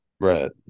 Right